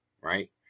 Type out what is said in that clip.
right